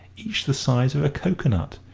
each the size of a coconut,